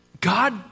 God